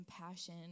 compassion